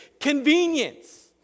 Convenience